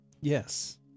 Yes